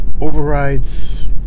overrides